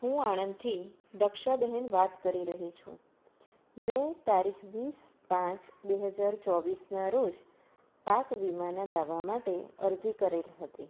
હું આણંદથી દક્ષાબહેન વાત કરી રહી છું મેં તારીખ વીસ પાંચ બે હજાર ચોવીસના રોજ પાક વીમાના દાવા માટે અરજી કરેલી હતી